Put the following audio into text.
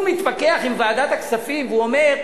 הוא מתווכח עם ועדת הכספים והוא אומר: